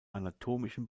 anatomischen